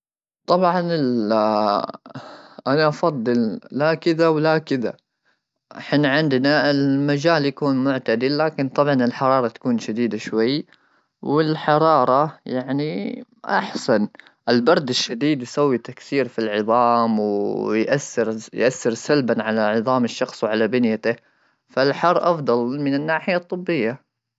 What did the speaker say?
طبعا انا افضل لا كذا ولا كذا حنا عندنا المجال يكون معتدل لكن طبعا الحراره تكون شديده شوي والحراره يعني احسن البرد الشديد يسوي تكسير في العظام وياسر يؤثر سلبا على عظام الشخص وعلى بنيته فالحر افضل من الناحيه الطبيه.